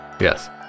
yes